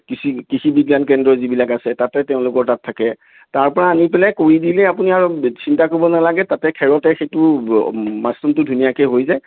কৃষি কৃষি বিজ্ঞান কেন্দ্ৰ যিবিলাক আছে তাতে তেওঁলোকৰ তাত থাকে তাৰ পৰা আনি পেলাই কৰি দিলে আপুনি আৰু চিন্তা কৰিব নালাগে তাতে খেৰতে সেইটো মাছৰুমটো ধুনীয়াকৈ হৈ যায়